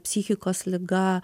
psichikos liga